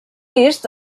vist